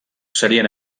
serien